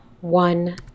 one